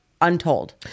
untold